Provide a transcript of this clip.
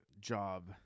job